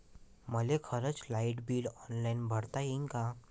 मले घरचं light bill online भरता येईन का?